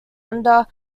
under